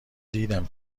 دیدم